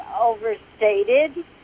overstated